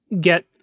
get